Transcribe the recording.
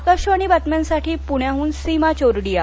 आकाशवाणी बातम्यांसाठी प्ण्याहन सीमा चोरडिया